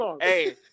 hey